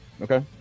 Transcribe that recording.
Okay